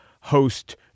host